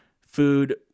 Food